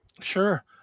Sure